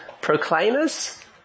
proclaimers